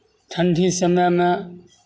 ठण्ढी समयमे